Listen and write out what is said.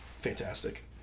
Fantastic